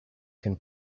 can